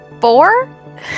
four